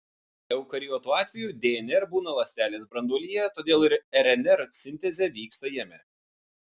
eukariotų atveju dnr būna ląstelės branduolyje todėl ir rnr sintezė vyksta jame